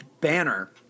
Banner